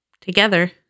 together